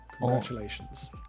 congratulations